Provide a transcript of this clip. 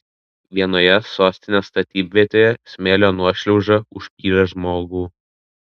vienoje sostinės statybvietėje smėlio nuošliauža užpylė žmogų